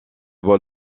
bol